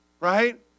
right